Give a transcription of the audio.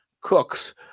cook's